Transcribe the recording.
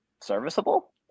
serviceable